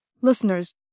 Listeners